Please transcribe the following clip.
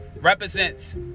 Represents